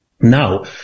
Now